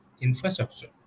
infrastructure